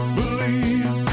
believe